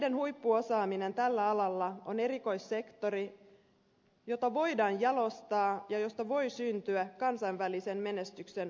meidän huippuosaamisemme tällä alalla on erikoissektori jota voidaan jalostaa ja josta voi syntyä kansainvälisen menestyksen alkuunpanija